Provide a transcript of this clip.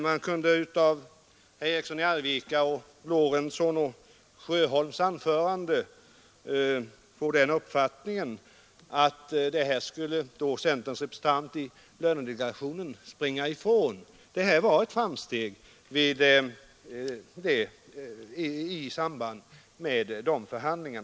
Man kunde av herrar Erikssons i Arvika, Lorentzons och Sjöholms anföranden få den uppfattningen att centerns representant i lönedelegationen skulle springa ifrån detta. Det här var ett framsteg i samband med dessa förhandlingar.